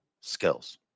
skills